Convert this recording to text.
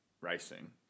racing